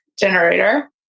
generator